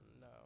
No